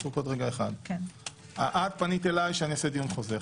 את פנית אליי שאני אקיים דיון חוזר.